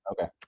Okay